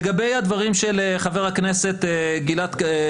לגבי הדברים של חבר הכנסת גלעד קריב.